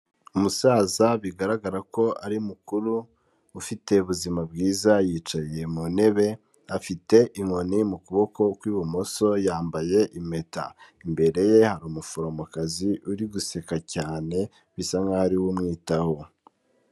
Umusaza bigaragara ko ari mukuru ufite ubuzima bwiza, yicaye mu ntebe afite inkoni mu kuboko kw'ibumoso yambaye impeta. Imbere ye hari umuforomokazi uri guseka cyane bisa nkaho ari we ummwitaho.